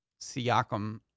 Siakam